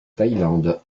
thaïlande